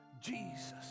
Jesus